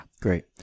Great